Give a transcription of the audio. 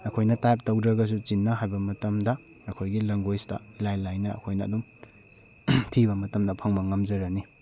ꯑꯩꯈꯣꯏꯅ ꯇꯥꯏꯞ ꯇꯧꯗ꯭ꯔꯒꯁꯨ ꯆꯤꯟꯅ ꯍꯥꯏꯕ ꯃꯇꯝꯗ ꯑꯩꯈꯣꯏꯒꯤ ꯂꯦꯡꯒꯣꯏꯁꯇ ꯏꯂꯥꯏ ꯂꯥꯏꯅ ꯑꯩꯈꯣꯏꯅ ꯑꯗꯨꯝ ꯊꯤꯕ ꯃꯇꯝꯗ ꯐꯪꯕ ꯉꯝꯖꯔꯅꯤ